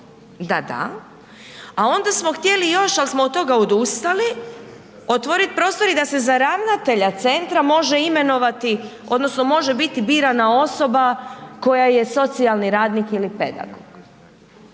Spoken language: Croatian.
da, da, a onda smo htjeli još ali smo od toga odustali, otvorit prostor i da se ravnatelja centra može imenovati odnosno može biti birana osoba koja je socijalni radnik ili pedagog.